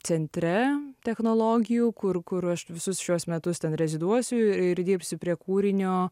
centre technologijų kur kur aš visus šiuos metus ten reziduosiu ir dirbsiu prie kūrinio